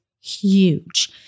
huge